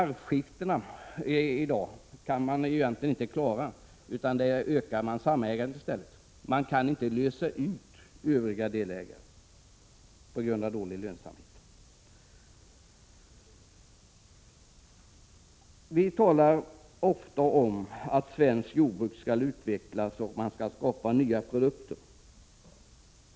Arvskiften kan man egentligen inte klara i dag, utan i stället ökas samägandet, men man kan inte lösa ut övriga delägare på grund av dålig lönsamhet. Vi talar ofta om att svenskt jordbruk skall utvecklas och att man skall skapa nya produkter.